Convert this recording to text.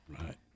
Right